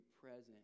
present